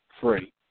free